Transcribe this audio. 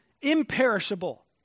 imperishable